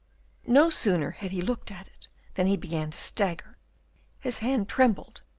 no sooner had he looked at it than he began to stagger his hand trembled,